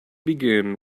begin